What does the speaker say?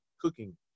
cooking